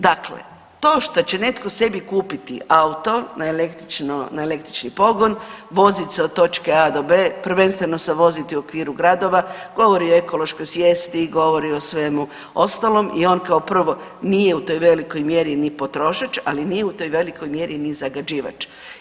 Dakle, to što će netko sebi kupiti auto na električno, na električni pogon, vozit se od točke A do B, prvenstveno se vozit u okviru gradova govori o ekološkoj svijesti, govori o svemu ostalom i on kao prvo nije u toj velikoj mjeri ni potrošač, ali nije u toj velikoj mjeri ni zagađivač.